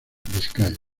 vizcaya